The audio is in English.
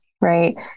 Right